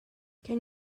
can